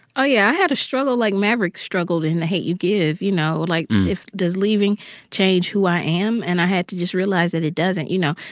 i yeah i had to struggle like maverick struggled in the hate u give, you know. like, if does leaving change who i am? and i had to just realize that it doesn't, you know.